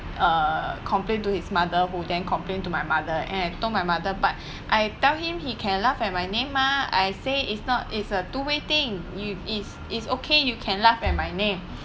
uh complained to his mother who then complained to my mother and told my mother but I tell him he can laugh at my name mah I say is not is a two way thing you is is okay you can laugh at my name